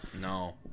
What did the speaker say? No